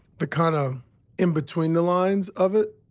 the kind of in between the lines of it.